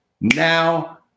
Now